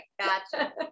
gotcha